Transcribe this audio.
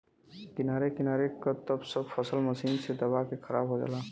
किनारे किनारे क त सब फसल मशीन से दबा के खराब हो जाला